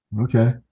okay